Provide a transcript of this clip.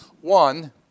One